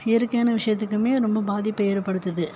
இயற்கையான விஷயத்துக்குமே ரொம்ப பாதிப்பை ஏற்படுத்துது